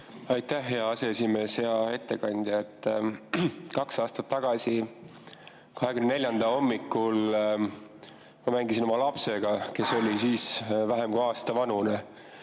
Aitäh, hea aseesimees! Hea ettekandja! Kaks aastat tagasi 24. [veebruari] hommikul ma mängisin oma lapsega, kes oli siis vähem kui aasta vanune,